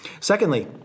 Secondly